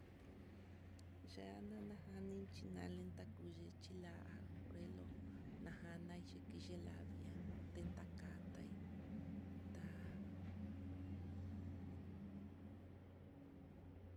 Yee nanajanixhi, nalenta kunichí la'a, reloj najan naiki kixhi lavi'a, tenta katai ta.